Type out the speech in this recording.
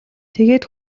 тэгээд